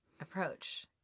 Approach